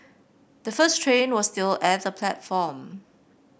the first train was still at the platform